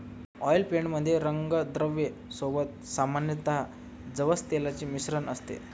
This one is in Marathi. ऑइल पेंट मध्ये रंगद्रव्या सोबत सामान्यतः जवस तेलाचे मिश्रण असते